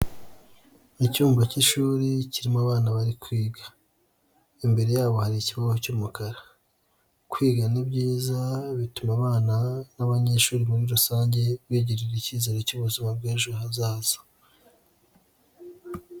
Ni icyumba k'ishuri kirimo abana bari kwiga, imbere yabo hari ikibaho cy'umukara, kwiga ni byiza bituma abana n'abanyeshuri muri rusange bigirira ikizere cy'ubuzima bw'ejo hazaza.